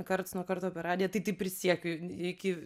karts nuo karto per radiją tai tai prisiekiu iki